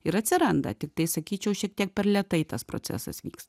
ir atsiranda tiktai sakyčiau šiek tiek per lėtai tas procesas vyksta